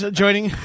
joining